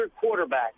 quarterback